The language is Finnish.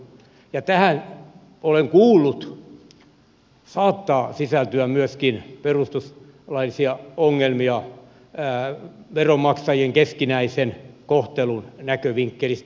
olen kuullut että tähän saattaa sisältyä myöskin perustuslaillisia ongelmia veronmaksajien keskinäisen kohtelun näkövinkkelistä